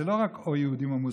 זה לא רק או יהודים או מוסלמים,